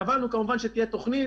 קבענו כמובן שתהיה תוכנית